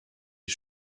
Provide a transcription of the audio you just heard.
die